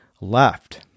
left